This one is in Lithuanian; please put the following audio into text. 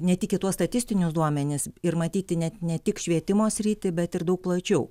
ne tik į tuos statistinius duomenis ir matyti net ne tik švietimo sritį bet ir daug plačiau